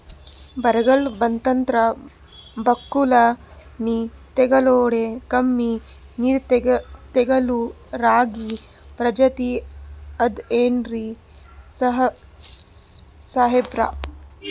ಬರ್ಗಾಲ್ ಬಂತಂದ್ರ ಬಕ್ಕುಳ ನೀರ್ ತೆಗಳೋದೆ, ಕಮ್ಮಿ ನೀರ್ ತೆಗಳೋ ರಾಗಿ ಪ್ರಜಾತಿ ಆದ್ ಏನ್ರಿ ಸಾಹೇಬ್ರ?